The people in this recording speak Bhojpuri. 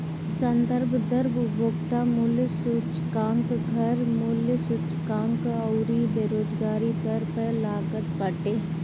संदर्भ दर उपभोक्ता मूल्य सूचकांक, घर मूल्य सूचकांक अउरी बेरोजगारी दर पअ लागत बाटे